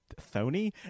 Thony